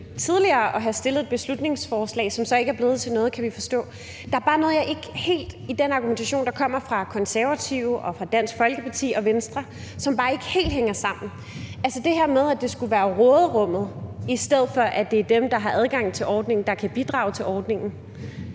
tidligere at have fremsat et beslutningsforslag, som så ikke er blevet til noget, kan vi forstå. Der er bare noget i den argumentation, der kommer fra Konservative og fra Dansk Folkeparti og fra Venstre, som ikke helt hænger sammen, altså det her med, at det skulle være råderummet, i stedet for at det er dem, der har adgang til ordningen, der kan bidrage til ordningen.